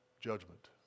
judgment